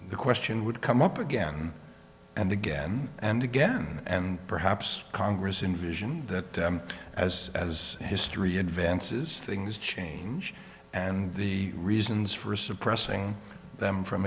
question would come up again and again and again and perhaps congress in vision that as as history advances things change and the reasons for suppressing them from